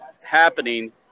happening